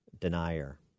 denier